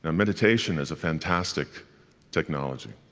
um meditation is a fantastic technology.